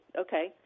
Okay